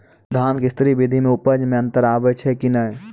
धान के स्री विधि मे उपज मे अन्तर आबै छै कि नैय?